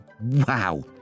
wow